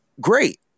great